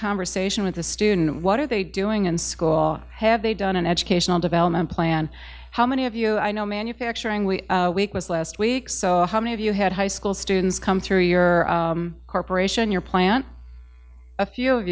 conversation with the student what are they doing in school have they done an educational development plan how many of you i know manufacturing we week was last week so how many of you had high school students come through your corporation your plan a few of